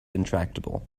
intractable